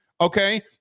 okay